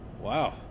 Wow